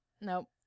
Nope